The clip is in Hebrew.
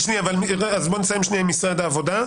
אז נסיים עם משרד העבודה.